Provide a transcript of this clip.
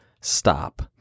Stop